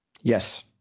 Yes